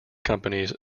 companies